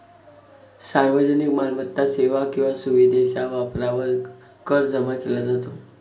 सार्वजनिक मालमत्ता, सेवा किंवा सुविधेच्या वापरावर कर जमा केला जातो